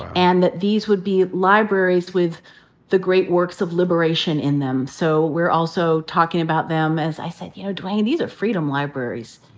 and that these would be libraries with the great works of liberation in them. so we're also talking about them, as i said, you know, dwayne, these are freedom libraries.